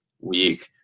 week